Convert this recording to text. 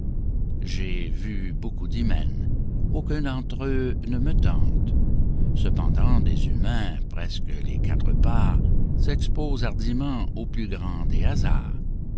j'ai vu beaucoup d'hymens aucuns d'eux ne me tentent cependant des humains presque les quatre parts s'exposent hardiment au plus grand des hasards